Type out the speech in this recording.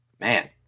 Man